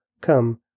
Come